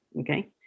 okay